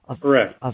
Correct